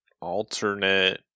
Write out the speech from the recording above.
alternate